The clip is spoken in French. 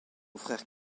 frère